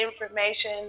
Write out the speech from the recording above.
information